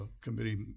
committee